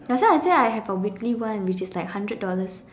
that's why I say I have a weekly one which is like hundred dollars